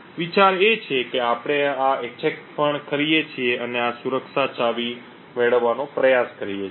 વિચાર એ છે કે આપણે આ હુમલો પણ કરીએ છીએ અને આ સુરક્ષા ચાવી મેળવવાનો પ્રયાસ કરીએ છીએ